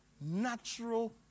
natural